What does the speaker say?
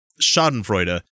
schadenfreude